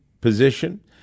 position